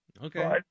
Okay